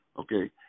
Okay